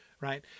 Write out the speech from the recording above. Right